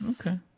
Okay